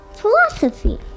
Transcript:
Philosophy